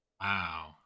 Wow